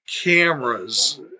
cameras